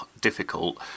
difficult